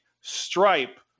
stripe